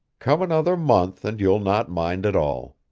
come another month, and you'll not mind at all.